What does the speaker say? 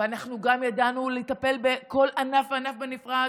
ואנחנו גם ידענו לטפל בכל ענף וענף בנפרד